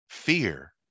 fear